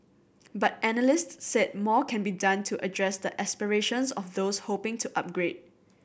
but analysts said more can be done to address the aspirations of those hoping to upgrade